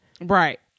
right